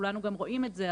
וכולנו גם רואים את זה,